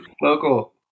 local